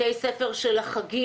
ואם זה בתי ספר של החגים.